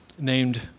named